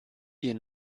ihr